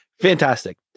Fantastic